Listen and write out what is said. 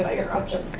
ah your options.